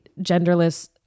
genderless